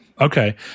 Okay